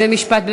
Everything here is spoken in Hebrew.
במשפט,